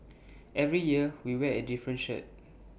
every year we wear A different shirt